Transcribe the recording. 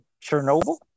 Chernobyl